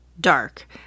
dark